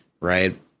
Right